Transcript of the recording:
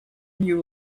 new